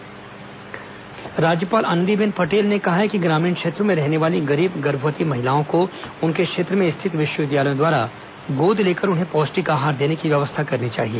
राज्यपाल पौष्टिक आहार राज्यपाल आनंदीबेन पटेल ने कहा है कि ग्रामीण क्षेत्रों में रहने वाली गरीब गर्भवती महिलाओं को उनके क्षेत्र में स्थित विश्वविद्यालयों द्वारा गोद लेकर उन्हें पौष्टिक आहार देने की व्यवस्था करनी चाहिए